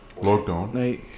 Lockdown